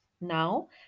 Now